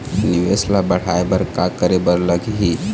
निवेश ला बढ़ाय बर का करे बर लगही?